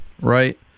right